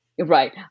Right